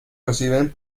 reciben